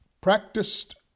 practiced